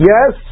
Yes